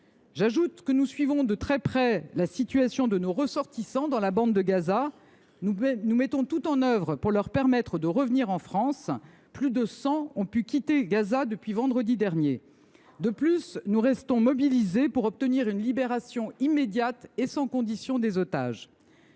J’ajoute que nous suivons de très près la situation de nos ressortissants dans la bande de Gaza. Nous mettons tout en œuvre pour leur permettre de revenir en France ; plus de cent d’entre eux ont pu quitter Gaza depuis vendredi dernier. De plus, nous restons mobilisés pour obtenir une libération immédiate et sans condition des otages.